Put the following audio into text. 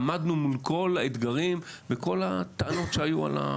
עמדנו מול כל האתגרים וכל הטענות שעלו,